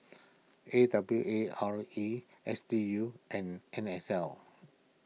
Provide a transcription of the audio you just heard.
A W A R E S D U and N S L